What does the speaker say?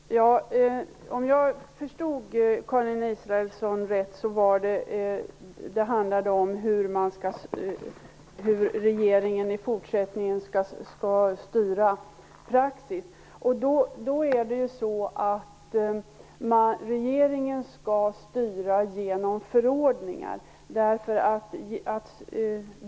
Herr talman! Om jag förstod Karin Israelsson rätt handlade det hela om hur regeringen i fortsättningen skall styra praxis. Regeringen skall styra genom förordningar.